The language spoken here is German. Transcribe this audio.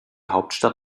hauptstadt